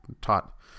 taught